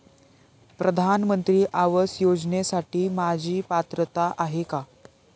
प्रधानमंत्री आवास योजनेसाठी माझी पात्रता आहे का?